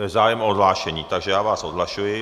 Je zájem o odhlášení, takže vás odhlašuji.